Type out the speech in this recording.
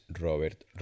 Robert